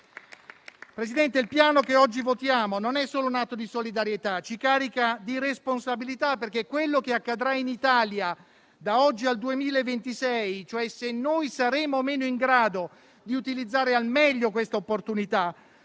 Presidente, il Piano che oggi votiamo non è solo un atto di solidarietà; ci carica di responsabilità, perché quanto accadrà in Italia da oggi al 2026, ossia se noi saremo o meno in grado di utilizzare al meglio questa opportunità,